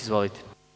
Izvolite.